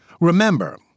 Remember